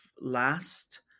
last